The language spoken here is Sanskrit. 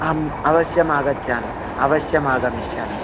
आम् अवश्यं आगच्छामि अवश्यं आगमिष्यामि